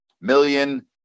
million